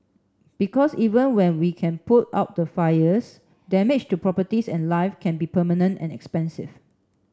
because even when we can put out the fires damage to properties and live can be permanent and expensive